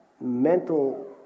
mental